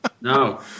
No